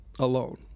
alone